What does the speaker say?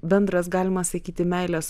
bendras galima sakyti meilės